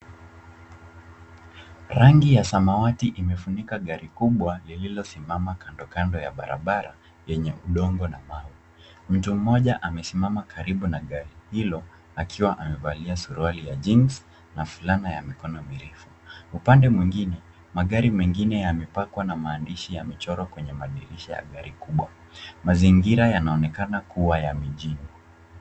Rangi ya samawati imefunika gari kubwa lililosimama kando kando ya barabara yenye udongo na mawe. Mtu mmoja amesimama karibu na gari hilo akiwa amevalia suruali ya jeans na fulana ya mikono mirefu. Upande mwingine, magari mengine yamepakwa na maandishi yamechorwa kwenye madirisha ya gari kubwa. Mazingira yanaonekana kuwa ya mijini.